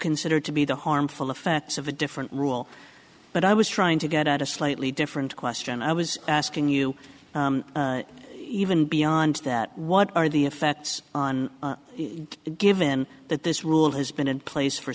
consider to be the harmful effects of a different rule but i was trying to get at a slightly different question i was asking you even beyond that what are the effects on it given that this rule has been in place for